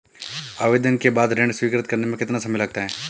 आवेदन के बाद ऋण स्वीकृत करने में कितना समय लगता है?